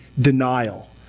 denial